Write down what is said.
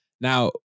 Now